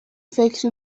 فکری